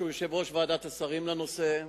שהוא יושב-ראש ועדת השרים לנושא,